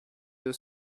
deux